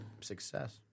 success